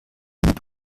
mit